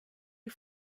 you